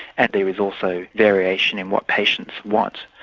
and there is also variation in what patients want.